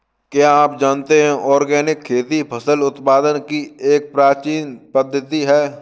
क्या आप जानते है ऑर्गेनिक खेती फसल उत्पादन की एक प्राचीन पद्धति है?